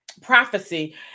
prophecy